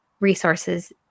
resources